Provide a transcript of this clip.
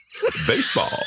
Baseball